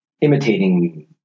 imitating